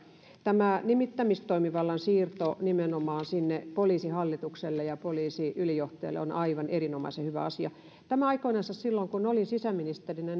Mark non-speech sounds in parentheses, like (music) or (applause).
tämä nimittämistoimivallan siirto nimenomaan poliisihallitukselle ja poliisiylijohtajalle on aivan erinomaisen hyvä asia aikoinansa silloin kun olin sisäministerinä (unintelligible)